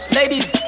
Ladies